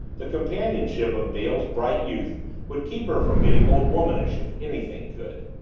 the companionship of dale's bright youth would keep her from getting old-womanish if anything could.